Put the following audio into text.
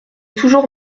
toujours